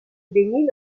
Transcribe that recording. beni